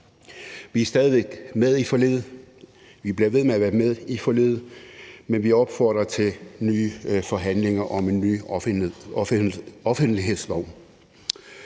Vi er stadig væk med i forliget, vi bliver ved med at være med i forliget, men vi opfordrer til nye forhandlinger om en ny offentlighedslov.